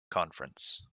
conference